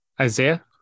Isaiah